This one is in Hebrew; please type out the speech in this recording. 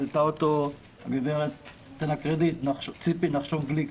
העלתה אותה גברת ציפי נחשון גליק,